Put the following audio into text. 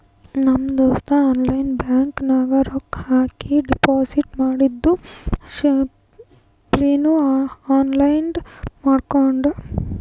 ನಮ್ ದೋಸ್ತ online bank ನಾಗ್ ರೊಕ್ಕಾ ಹಾಕಿ ಡೆಪೋಸಿಟ್ ಮಾಡಿದ್ದು ಸ್ಲಿಪ್ನೂ ಡೌನ್ಲೋಡ್ ಮಾಡ್ಕೊಂಡ್